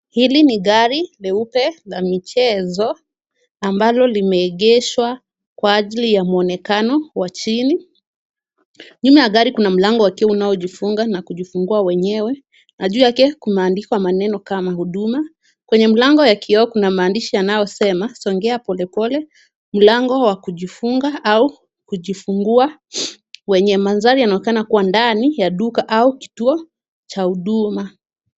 Hili ni gari leupe la michezo ambalo limeegeshwa kwa ajili ya mwonekano wa chini. Nyuma ya gari kuna mlango wa kioo unaojifunga na kujifungua wenyewe. Na juu yake kumeandikwa maneno kama huduma. Kwenye mlango ya kioo kuna maandishi yanayosema, songea polepole, mlango wa kujifunga au kujifungua. Wenye manthari yanaonekana kuwa ndani ya duka au kituo cha huduma.